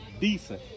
decent